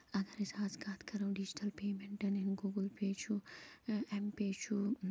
اَگر أسۍ اَز کَتھ کَرو ڈیجٹَل پیمٮ۪نٛٹَن ہٕنٛدۍ گوٗگُل پیٚے چھُ ایٚم پیٚے چھُ